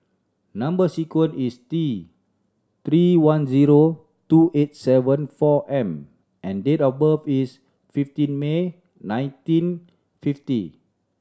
number sequence is T Three one zero two eight seven four M and date of birth is fifteen May nineteen fifty